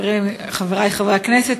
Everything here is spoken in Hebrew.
חברי חברי הכנסת,